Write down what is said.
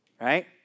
right